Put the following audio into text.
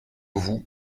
vous